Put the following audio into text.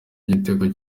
igitego